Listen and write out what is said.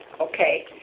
okay